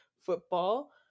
football